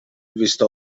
visto